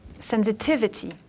sensitivity